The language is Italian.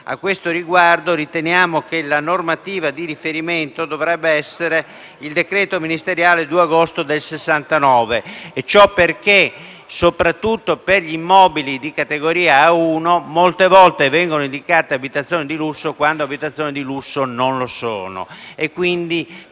A questo riguardo riteniamo che la normativa di riferimento dovrebbe essere il decreto ministeriale 2 agosto del 1969 e ciò perché, soprattutto per gli immobili di categoria A1, molte volte vengono indicate come di lusso abitazioni che non lo sono. Credo, quindi,